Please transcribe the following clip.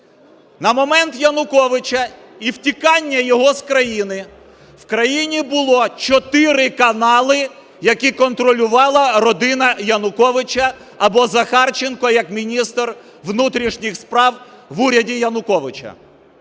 На момент Януковича і втікання його з країни в країні було чотири канали, які контролювала родина Януковича або Захарченка як міністр внутрішніх справ в уряді Януковича?